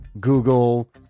Google